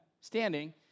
standing